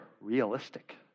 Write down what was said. realistic